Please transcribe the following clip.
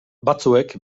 batzuek